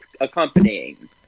accompanying